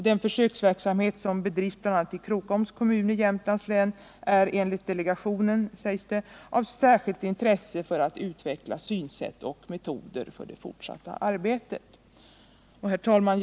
Den försöksverksamhet som bedrivs bl.a. i Krokoms kommun i Jämtlands län är enligt delegationen av särskilt intresse för att utveckla synsätt och metoder för det fortsatta arbetet. Herr talman!